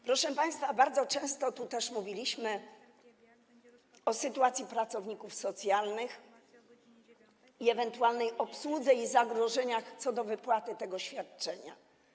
Proszę państwa, bardzo często mówiliśmy tu też o sytuacji pracowników socjalnych, o ewentualnej obsłudze i zagrożeniach co do wypłaty tego świadczenia.